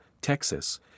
Texas